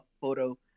Photo